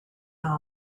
know